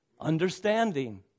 understanding